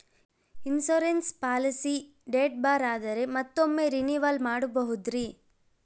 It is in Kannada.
ಇನ್ಸೂರೆನ್ಸ್ ಪಾಲಿಸಿ ಡೇಟ್ ಬಾರ್ ಆದರೆ ಮತ್ತೊಮ್ಮೆ ರಿನಿವಲ್ ಮಾಡಬಹುದ್ರಿ?